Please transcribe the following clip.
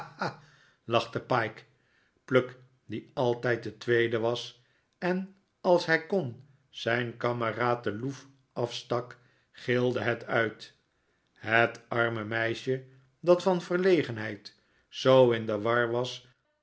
lachte pyke pluck die altijd de tweede was en als hij kon zijn kameraad den loef afstak gilde het uit het arme meisje dat van verlegenheid zoo in de war was